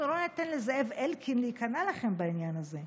אנחנו לא ניתן לזאב אלקין להיכנע לכם בעניין הזה,